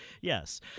Yes